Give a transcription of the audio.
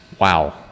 Wow